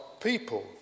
people